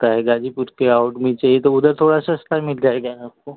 गाज़ीपुर के आउट भी चाहिए तो उधर थोड़ा सस्ता मिल जाएगा आपको